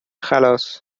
خلاص